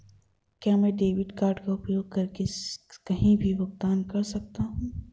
क्या मैं debit card का उपयोग करके कहीं भी भुगतान कर सकता हूं?